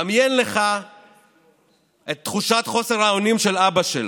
דמיין לך את תחושת חוסר האונים של אבא שלו.